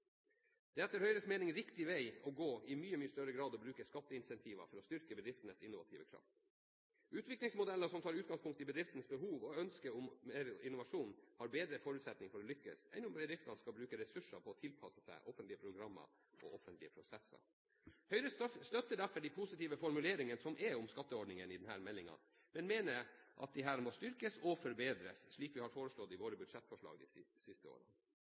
kraft er etter Høyres mening i mye, mye større grad riktig vei å gå. Utviklingsmodeller som tar utgangspunkt i bedriftenes behov og ønsker om innovasjon, har bedre forutsetninger for å lykkes enn om bedriftene skal bruke ressurser på å tilpasse seg offentlige programmer og prosesser. Høyre støtter derfor de positive formuleringene om skatteordningene i denne meldingen, men mener at disse må styrkes og forbedres, slik vi har foreslått i våre budsjettforslag de siste årene.